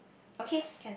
okay can